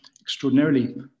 extraordinarily